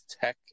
tech